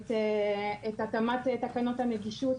את התאמת תקנות הנגישות